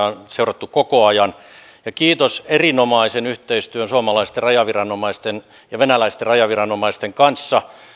on seurattu koko ajan kiitos erinomaisen yhteistyön suomalaisten rajaviranomaisten ja venäläisten rajaviranomaisten kanssa